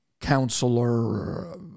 counselor